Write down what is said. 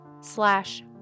slash